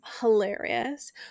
hilarious